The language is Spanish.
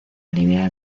aliviar